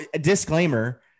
disclaimer